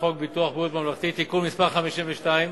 ממלכתי (תיקון מס' 52)